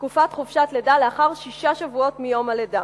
בתקופת חופשת הלידה לאחר שישה שבועות מיום הלידה.